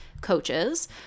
coaches